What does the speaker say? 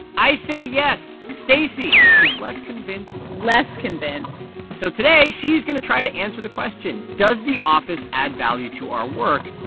i say yes. stacey is less convinced less convinced so today she is going to try to answer the question, does the office add value to our work,